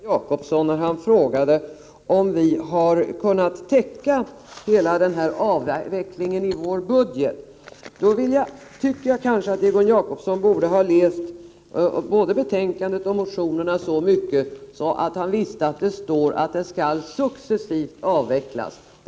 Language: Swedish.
Herr talman! Låt mig först och främst påpeka för Egon Jacobsson, som frågade om folkpartiet har kunnat täcka hela denna avveckling i sin budget, att han borde ha läst både betänkandet och motionerna så mycket att han visste att det där står att det skall ske en successiv avveckling av dessa skatter.